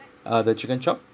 uh the chicken chop